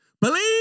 Believe